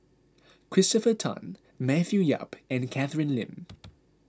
Christopher Tan Matthew Yap and Catherine Lim